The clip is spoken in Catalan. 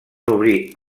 obrir